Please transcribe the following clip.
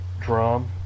drum